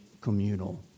communal